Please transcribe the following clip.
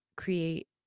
Create